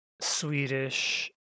Swedish